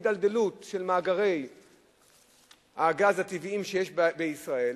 ההידלדלות של מאגרי הגז הטבעיים שישנם בישראל,